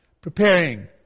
preparing